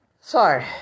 Sorry